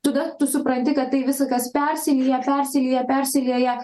tada tu supranti kad tai viskas persilieja persilieja persilieja